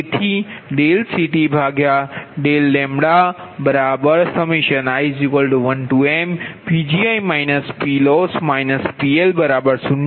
તેથી dCTdλi1mPgi PLoss PL0છેઆ સમીકરણ 28